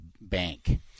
bank